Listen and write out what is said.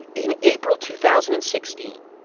in april two thousand and sixteen,